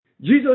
Jesus